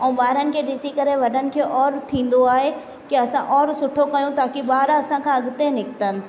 ऐं ॿारनि खे ॾिसी ॾिसी करे वॾनि खे और थींदो आहे की असां और सुठो कयऊं ताकी ॿार असांखां अॻिते निकिरनि